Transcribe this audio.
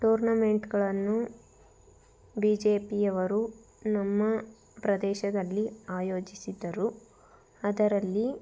ಟೂರ್ನಮೆಂಟ್ಗಳನ್ನು ಬಿ ಜೆ ಪಿಯವರು ನಮ್ಮ ಪ್ರದೇಶದಲ್ಲಿ ಆಯೋಜಿಸಿದ್ದರು ಅದರಲ್ಲಿ